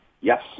Yes